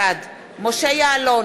בעד משה יעלון,